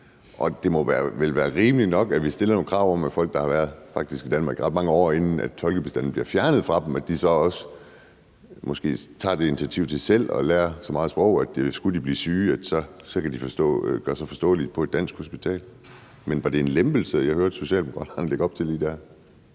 og det vil være rimeligt nok, at vi stiller nogle krav om, at folk, der faktisk har været i Danmark i ret mange år, inden tolkebistanden bliver fjernet fra dem, måske så også selv tager et initiativ til at lære så meget sprog, at skulle de blive syge, kan de gøre sig forståelige på et dansk hospital. Men var det en lempelse, jeg hørte Socialdemokraterne lægge op til lige der?